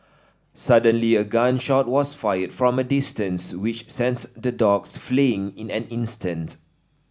suddenly a gun shot was fired from a distance which sent the dogs fleeing in an instant